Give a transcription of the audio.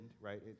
right